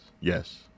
yes